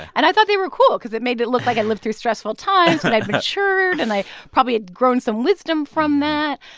and i thought they were cool cause it made it look like i and lived through stressful times and i'd matured, and i probably had grown some wisdom from that.